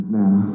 now